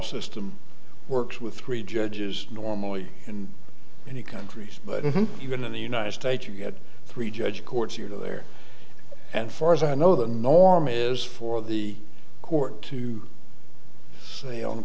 system works with three judges normally in many countries but even in the united states you get three judge courts you go there and far as i know the norm is for the court to say on